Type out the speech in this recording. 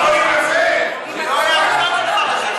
לא היה, הדבר הזה.